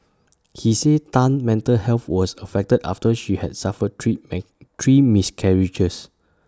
he said Tan's mental health was affected after she had suffered three make three miscarriages